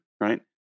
right